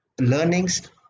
learnings